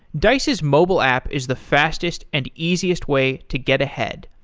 dice's mobile app is the fastest and easiest way to get ahead.